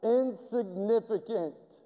insignificant